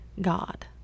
god